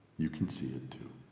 you can see it, too!